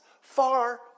far